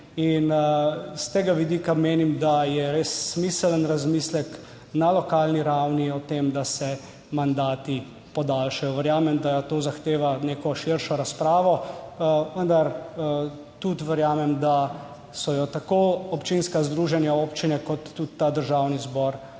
S tega vidika menim, da je res smiseln razmislek na lokalni ravni o tem, da se mandati podaljšajo. Verjamem, da to zahteva neko širšo razpravo, vendar tudi verjamem, da so jo tako občinska združenja, občine kot tudi Državni zbor